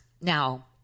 now